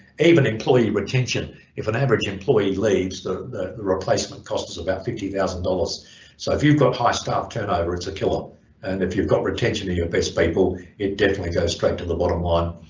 even employee retention if an average employee leaves the the replacement costs about fifty thousand dollars so if you've got high staff turnover it's a killer and if you've got retention of your best people it definitely goes straight to the bottom line.